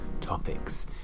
topics